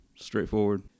Straightforward